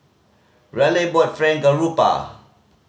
Raleigh bought Fried Garoupa